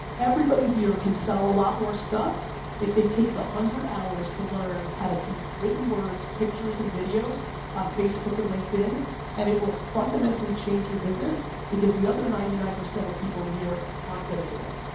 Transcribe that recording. everybody here can sell a lot more stuff if they take the one hundred hours to learn how to do written words, pictures and videos on facebook and linkedin and it will fundamentally change your business because the other ninety nine percent of people in here aren't gonna do it.